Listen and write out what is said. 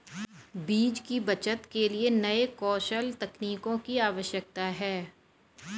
बीज की बचत के लिए नए कौशल तकनीकों की आवश्यकता है